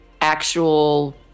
actual